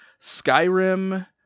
Skyrim